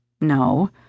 No